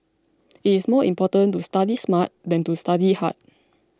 it is more important to study smart than to study hard